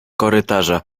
korytarza